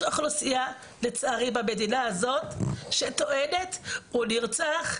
יש אוכלוסייה לצערי במדינה הזאת שטוענת 'הוא נרצח,